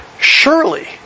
surely